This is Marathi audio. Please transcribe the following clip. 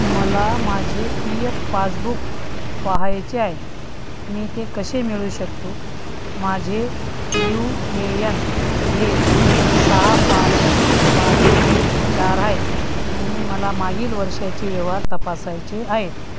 मला माझे पी येफ पासबुक पाहायचे आहे मी ते कसे मिळवू शकतो माझे यू ए यन हे सहा पाच तीन पाच नऊ चार आहे आणि मला मागील वर्षाचे व्यवहार तपासायचे आहेत